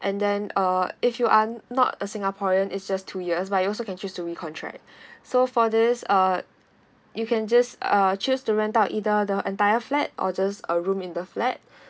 and then uh if you are not a singaporean it's just two years but you also can choose to recontract so for this uh you can just uh choose to rent out either the entire flat or just a room in the flat